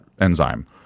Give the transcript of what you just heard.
enzyme